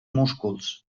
músculs